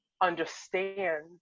understand